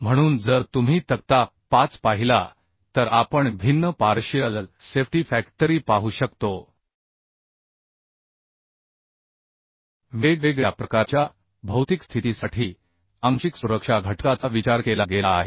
म्हणून जर तुम्ही तक्ता 5 पाहिला तर आपण भिन्न पार्शिअल सेफ्टी फॅक्टरी पाहू शकतो वेगवेगळ्या प्रकारच्या भौतिक स्थितीसाठी आंशिक सुरक्षा घटकाचा विचार केला गेला आहे